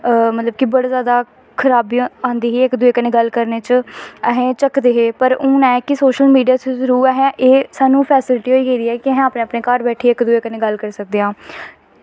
मतलब कि बड़ी जैदा खराबी आंदी ही इक दुए कन्नै गल्ल करने च अस झक्कदे हे पर हून ऐ सोशल मीडिया दे थ्रू एह् सानूं फैसिलिटी होई गेदी ऐ कि अस अपने अपने घर बैठियै इक दुए कन्नै गल्ल करी सकदे आं